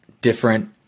different